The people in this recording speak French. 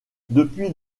depuis